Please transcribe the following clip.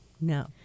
no